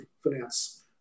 finance